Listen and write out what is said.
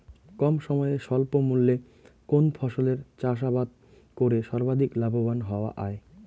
কম সময়ে স্বল্প মূল্যে কোন ফসলের চাষাবাদ করে সর্বাধিক লাভবান হওয়া য়ায়?